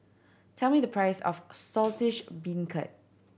tell me the price of Saltish Beancurd